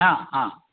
हा हा